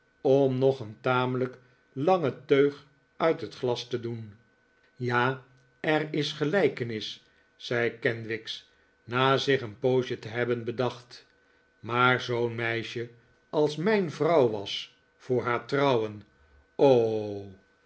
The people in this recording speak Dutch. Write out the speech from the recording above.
om nog een tamelijk lange teug uit het glas te doen ja er is gelijkenis zei kenwigs na zich een poosje te hebben bedacht maar zoo'n meisje als mijn vrouw was voor haar trouwen